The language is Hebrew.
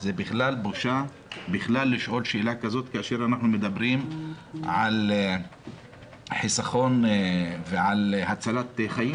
זה בכלל בושה לשאול שאלה כזאת כאשר אנחנו מדברים על חסכון והצלת חיים.